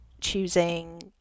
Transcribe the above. choosing